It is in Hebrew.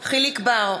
יחיאל חיליק בר,